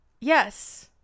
Yes